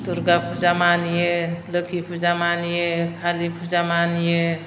दुर्गा फुजा मानियो लोक्षि फुजा मानियो खालि फुजा मानियो